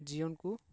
ᱡᱤᱭᱚᱱ ᱠᱚ